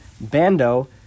Bando